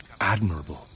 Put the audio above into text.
admirable